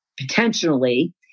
potentially